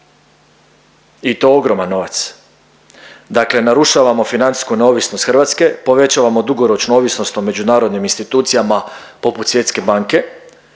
I to ogroman novac, dakle narušavamo financijsku neovisnost Hrvatske, povećavamo dugoročnu ovisnost o međunarodnim institucijama, poput Svjetske banke